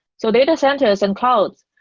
so data centers and clouds,